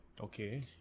Okay